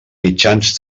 mitjans